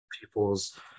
people's